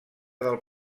del